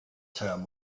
term